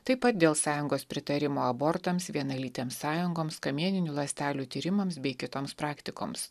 taip pat dėl sąjungos pritarimo abortams vienalytėms sąjungoms kamieninių ląstelių tyrimams bei kitoms praktikoms